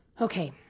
Okay